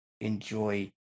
enjoy